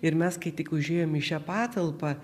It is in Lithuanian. ir mes kai tik užėjom į šią patalpą